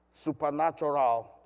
Supernatural